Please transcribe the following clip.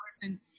person